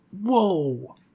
Whoa